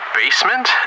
basement